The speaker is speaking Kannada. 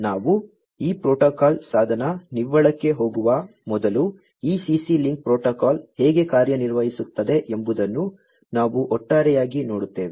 ನಾವು ಈ ಪ್ರೋಟೋಕಾಲ್ ಸಾಧನ ನಿವ್ವಳಕ್ಕೆ ಹೋಗುವ ಮೊದಲು ಈ CC ಲಿಂಕ್ ಪ್ರೋಟೋಕಾಲ್ ಹೇಗೆ ಕಾರ್ಯನಿರ್ವಹಿಸುತ್ತದೆ ಎಂಬುದನ್ನು ನಾವು ಒಟ್ಟಾರೆಯಾಗಿ ನೋಡುತ್ತೇವೆ